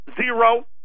Zero